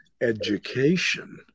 education